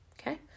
Okay